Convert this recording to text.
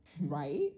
right